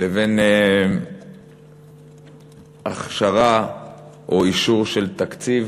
לבין הכשרה או אישור של תקציב,